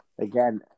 again